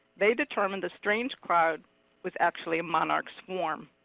they determined the strange cloud was actually a monarch swarm.